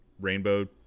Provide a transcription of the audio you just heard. rainbow